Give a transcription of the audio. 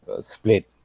split